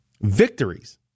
victories